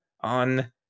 on